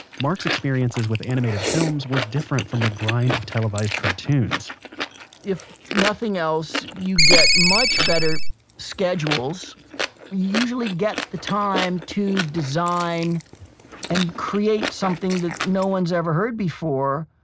mark's experiences with animated films were different from the grind of televised cartoons if nothing else, you get much better schedules. you usually get the time to design and create something that no one's ever heard before.